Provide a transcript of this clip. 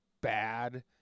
bad